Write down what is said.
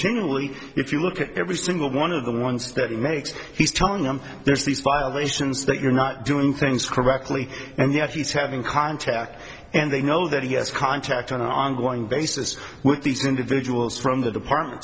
continually if you look at every single one of the ones that he makes he's turning on there's these violations that you're not doing things correctly and yet he's having contact and they know that he has contact on an ongoing basis with these individuals from the department